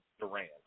Durant